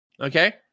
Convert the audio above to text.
okay